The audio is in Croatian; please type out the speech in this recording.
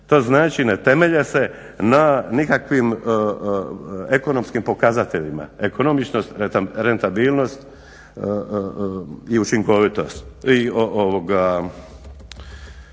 To znači ne temelje se na nikakvim ekonomskim pokazateljima: ekonomičnost, rentabilnost i učinkovitost.